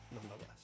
Nonetheless